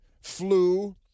flu